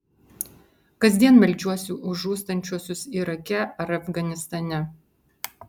kasdien meldžiuosi už žūstančiuosius irake ar afganistane